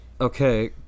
Okay